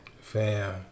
Fam